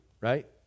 right